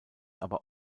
aber